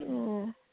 অঁ